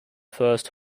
first